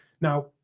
Now